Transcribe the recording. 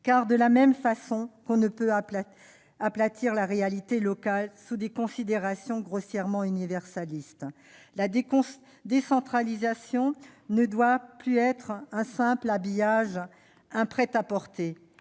De la même façon que l'on ne peut aplatir la réalité locale sous des considérations grossièrement universalistes, la décentralisation ne doit plus être un simple habillage, un prêt-à-porter.